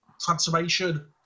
Transformation